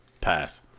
pass